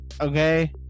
Okay